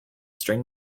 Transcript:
string